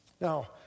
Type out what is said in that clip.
Now